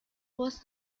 was